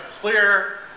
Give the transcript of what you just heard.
clear